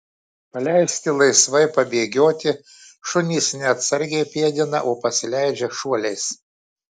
paleisti laisvai pabėgioti šunys ne atsargiai pėdina o pasileidžia šuoliais